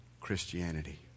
Christianity